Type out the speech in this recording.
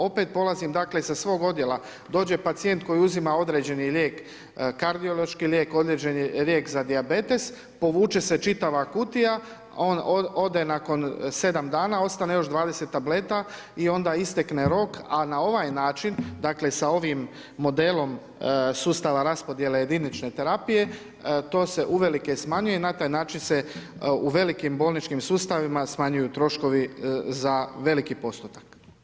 Opet polazim dakle sa svog odjela, dođe pacijent koji uzima određeni lijek, kardiološki lijek, određeni lijek za dijabetes, povuče se čitava kutija, ode nakon 7 dana, ostane još 20 tableta i onda istekne rok a na ovaj način, dakle sa ovim modelom sustava raspodjele jedinične terapije, to se uvelike smanjuje, na taj način se u velikim bolničkim sustavima smanjuju troškovi za veliki postotak.